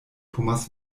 thomas